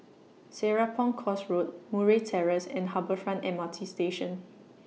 Serapong Course Road Murray Terrace and Harbour Front M R T Station